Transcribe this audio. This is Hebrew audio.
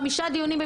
חמישה דיונים.